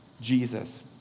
Jesus